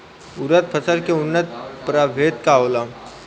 उरद फसल के उन्नत प्रभेद का होला?